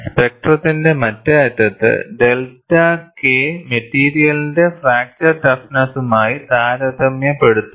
സ്പെക്ട്രത്തിന്റെ മറ്റേ അറ്റത്ത് delta K മെറ്റീരിയലിന്റെ ഫ്രാക്ചർ ടഫ്നെസുമായി താരതമ്യപ്പെടുത്തും